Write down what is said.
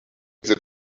that